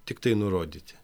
tiktai nurodyti